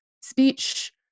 speech